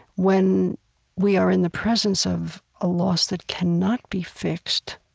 when we are in the presence of a loss that cannot be fixed,